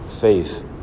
faith